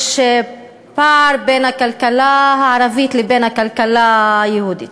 פער בין הכלכלה הערבית לבין הכלכלה היהודית.